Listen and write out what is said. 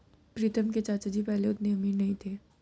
प्रीतम के चाचा जी पहले उतने अमीर नहीं थे